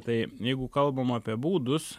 tai jeigu kalbam apie būdus